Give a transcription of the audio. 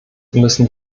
müssen